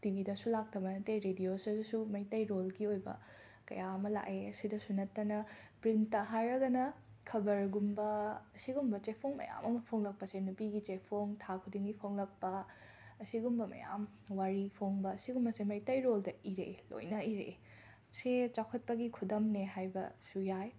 ꯇꯤꯕꯤꯗꯁꯨ ꯂꯥꯛꯇꯕ ꯅꯠꯇꯦ ꯔꯦꯗꯤꯌꯣꯁꯗꯁꯨ ꯃꯩꯇꯩꯔꯣꯜꯒꯤ ꯑꯣꯏꯕ ꯀꯌꯥ ꯑꯃ ꯂꯥꯛꯑꯦ ꯁꯤꯗꯁꯨ ꯅꯠꯇꯅ ꯄ꯭ꯔꯤꯟꯠꯇ ꯍꯥꯏꯔꯒꯅ ꯈꯕꯔꯒꯨꯝꯕ ꯑꯁꯤꯒꯨꯝꯕ ꯆꯦꯐꯣꯡ ꯃꯌꯥꯝ ꯑꯃ ꯐꯣꯡꯂꯛꯄꯁꯦ ꯅꯨꯄꯤꯒꯤ ꯆꯦꯐꯣꯡ ꯊꯥ ꯈꯨꯗꯤꯡꯒꯤ ꯐꯣꯡꯂꯛꯄ ꯑꯁꯤꯒꯨꯝꯕ ꯃꯌꯥꯝ ꯋꯥꯔꯤ ꯐꯣꯡꯕ ꯑꯁꯤꯒꯨꯝꯕꯁꯦ ꯃꯩꯇꯩꯔꯣꯜꯗ ꯏꯔꯛꯏ ꯂꯣꯏꯅ ꯏꯔꯛꯏ ꯁꯤ ꯆꯥꯎꯈꯠꯄꯒꯤ ꯈꯨꯗꯝꯅꯦ ꯍꯥꯏꯕꯁꯨ ꯌꯥꯏ